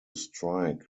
strike